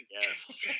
Yes